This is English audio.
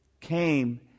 came